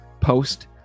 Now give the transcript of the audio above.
post